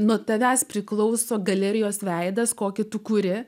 nuo tavęs priklauso galerijos veidas kokį tu kuri